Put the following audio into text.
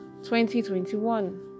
2021